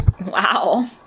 Wow